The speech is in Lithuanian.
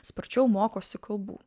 sparčiau mokosi kalbų